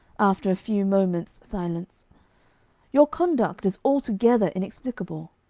after a few moments' silence your conduct is altogether inexplicable.